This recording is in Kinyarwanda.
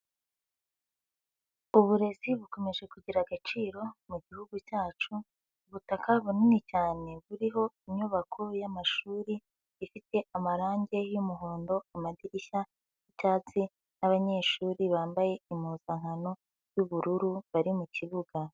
Uburezi bukomeje kugira agaciro mu mugihugu cyacu, ubutaka bunini cyane buriho inyubako yamashuri ifite amarangi yumuhondo, amadirishya yicyatsi, nabanyeshuri bambaye impuzankano yubururu bari mukibuga.